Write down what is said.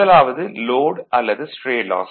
முதலாவது லோட் அல்லது stray loss